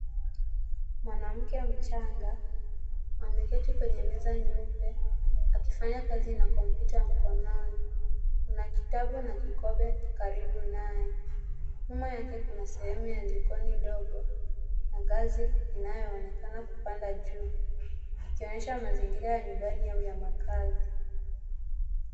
Mwanamke mchanga ameketi kwenye meza nyeupe, akifanya kazi na kompyuta ya mkononi. Kuna kitabu na kikombe karibu naye. Nyuma yake kuna sehemu ya jikoni ndogo na ngazi inayoonekana kupanda juu, ikionyesha mazingira ya nyumbani au ya makazi.